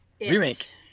Remake